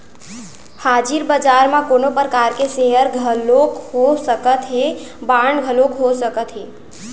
हाजिर बजार म कोनो परकार के सेयर घलोक हो सकत हे, बांड घलोक हो सकत हे